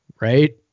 Right